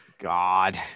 God